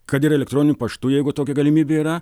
kad ir elektroniniu paštu jeigu tokia galimybė yra